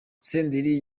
senderi